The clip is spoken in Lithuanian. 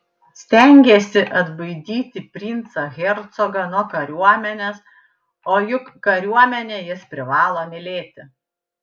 stengėsi atbaidyti princą hercogą nuo kariuomenės o juk kariuomenę jis privalo mylėti